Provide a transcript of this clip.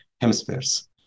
hemispheres